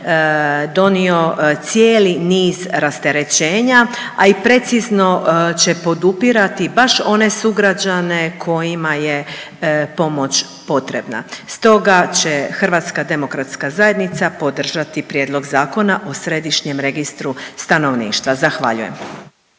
donio cijeli niz rasterećenja, a i precizno će podupirati baš one sugrađane kojima je pomoć potrebna. Stoga će HDZ podržati prijedlog Zakona o Središnjem registru stanovništva. Zahvaljujem.